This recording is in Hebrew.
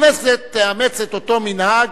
הכנסת תאמץ את אותו מנהג,